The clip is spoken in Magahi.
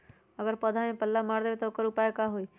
अगर पौधा में पल्ला मार देबे त औकर उपाय का होई?